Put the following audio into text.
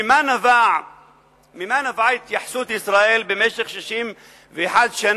ממה נבעה התייחסות ישראל במשך 61 שנים